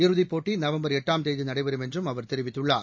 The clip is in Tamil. இறதிப்போட்டி நவம்பர் எட்டாம் தேதி நடைபெறும் என்றும் அவர் தெரிவித்துள்ளார்